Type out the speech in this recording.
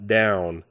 down